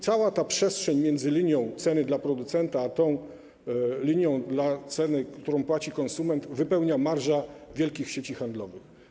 Cała przestrzeń między linią ceny dla producenta a linią ceny, którą płaci konsument, wypełnia marża wielkich sieci handlowych.